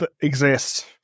exist